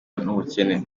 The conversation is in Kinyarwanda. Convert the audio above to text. n’ubukene